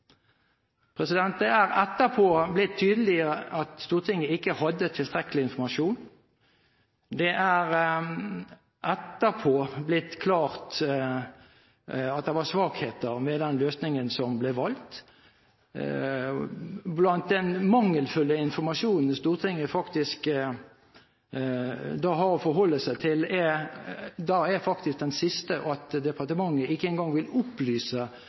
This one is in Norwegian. Det er etterpå blitt tydeligere at Stortinget ikke hadde tilstrekkelig informasjon. Det er etterpå blitt klart at det var svakheter ved den løsningen som ble valgt. Blant den mangelfulle informasjonen Stortinget faktisk har å forholde seg til, er det siste at departementet ikke engang vil opplyse